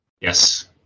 yes